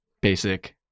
basic